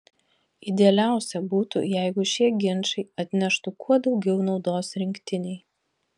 idealiausia būtų jeigu šie ginčai atneštų kuo daugiau naudos rinktinei